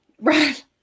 right